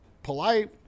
polite